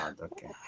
Okay